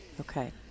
Okay